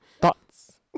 thoughts